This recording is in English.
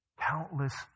countless